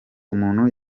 umuntu